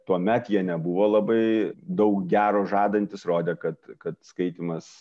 tuomet jie nebuvo labai daug gero žadantys rodė kad kad skaitymas